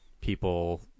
people